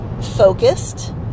focused